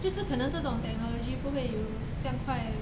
这是可能这种 technology 不会有这样快